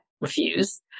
refuse